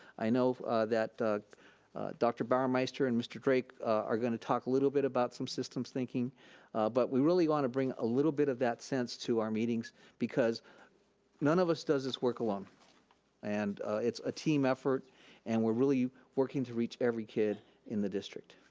i know that dr. bauermeister and mr. drake are gonna talk a little bit about some systems thinking but we really wanna bring a little bit of that sense to our meetings because none of does this work alone and it's a team effort and we're really working to reach every kid in the district.